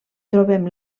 trobem